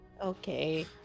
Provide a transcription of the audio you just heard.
Okay